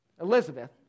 Elizabeth